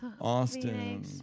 Austin